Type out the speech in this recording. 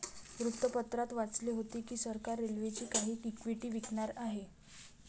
वृत्तपत्रात वाचले होते की सरकार रेल्वेची काही इक्विटी विकणार आहे